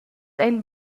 ein